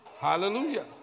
Hallelujah